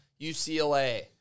UCLA